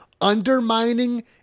undermining